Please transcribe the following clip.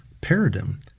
paradigm